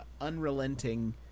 unrelenting